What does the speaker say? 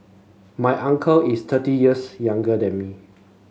my uncle is thirty years younger than me